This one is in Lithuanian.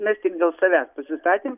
mes tik dėl savęs pasistatėm